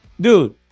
dude